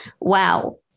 Wow